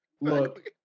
Look